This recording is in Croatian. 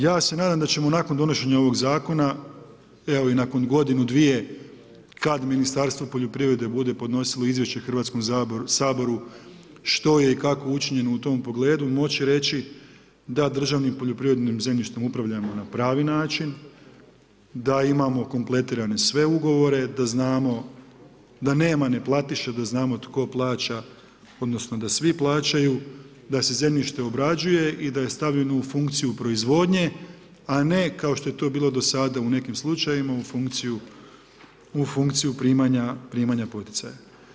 Ja se nadam da ćemo nakon donošenja ovog zakona, evo i nakon godinu, dvije kad Ministarstvo poljoprivrede bude podnosilo izvješće Hrvatskom saboru što je i kako učinjeno u tom pogledu moći reći da državnim poljoprivrednim zemljištem upravljamo na pravi način, da imamo kompletirane sve ugovore, da znamo da nema neplatiša, da znamo tko plaća odnosno da svi plaćaju da se zemljište obrađuje i da je stavljeno u funkciju proizvodnje, a ne kao što je to bilo do sada u nekim slučajevima u funkciju primanja poticaja.